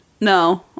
no